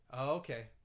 okay